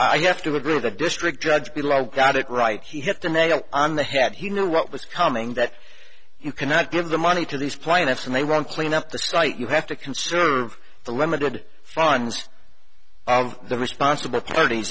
i have to agree with the district judge below got it right he hit the nail on the head he knew what was coming that you cannot give the money to these plaintiffs and they won't clean up the site you have to conserve the limited funds of the responsible parties